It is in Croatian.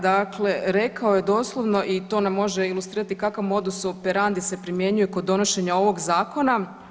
Dakle, rekao je doslovno i to nam može ilustrirati kakav modus operandi se primjenjuje kod donošenja ovog Zakona.